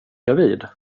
gravid